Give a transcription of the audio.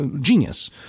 Genius